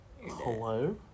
Hello